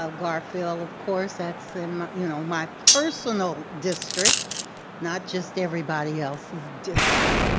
ah gar-field of course that's in you know my personal district not just everybody else's district.